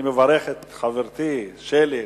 אני מברך את חברתי שלי: